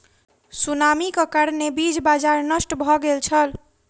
सुनामीक कारणेँ बीज बाजार नष्ट भ गेल छल